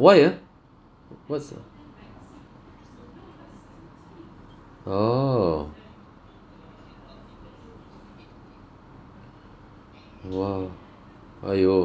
why ah what's uh oh !wow! !aiyo!